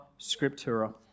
scriptura